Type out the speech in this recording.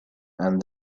and